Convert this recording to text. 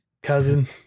Cousin